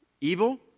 Evil